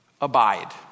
abide